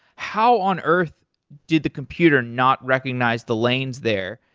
how on earth did the computer not recognize the lanes there?